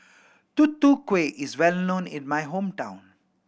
Tutu Kueh is well known in my hometown